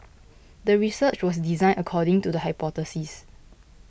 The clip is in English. the research was designed according to the hypothesis